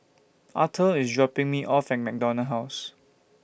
Arthur IS dropping Me off At MacDonald House